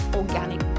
organic